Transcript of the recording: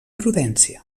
prudència